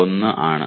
1 ആണ്